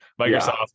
Microsoft